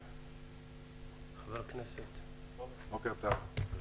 חבר הכנסת עידן רול, בבקשה.